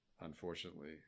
unfortunately